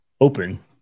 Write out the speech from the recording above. open